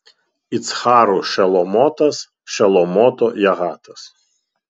iccharų šelomotas šelomoto jahatas